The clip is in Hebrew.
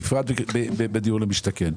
בפרט בדיור למשתכן.